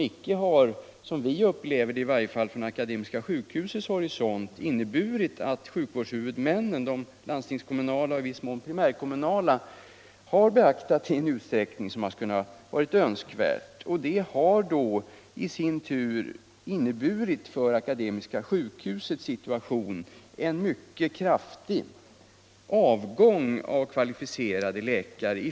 I varje fall från Akademiska sjukhusets horisont upplever vi att denna rekommendation inte beaktats av sjukvårdshuvudmännen i önskvärd utsträckning. Som en följd av detta har sjukhuset fått vidkännas en mycket kraftig avgång från viktiga tjänster av kvalificerade läkare.